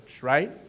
right